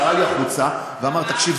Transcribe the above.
קרא לי החוצה ואמר: תקשיב,